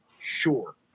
Sure